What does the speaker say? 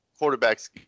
quarterbacks